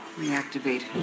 reactivate